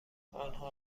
آنها